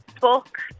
book